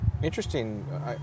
Interesting